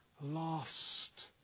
lost